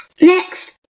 next